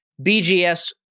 BGS